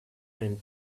and